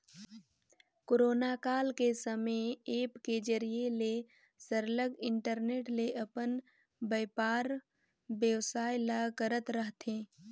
corona काल के समे ऐप के जरिए ले सरलग इंटरनेट ले अपन बयपार बेवसाय ल करत रहथें